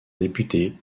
député